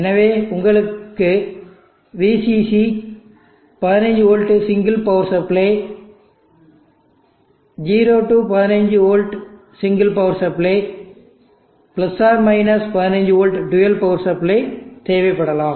எனவேஉங்களுக்கு VCC க்கு15 volt single power supply 0 15 volt single power supply or 15 volt dual power supply தேவைப்படலாம்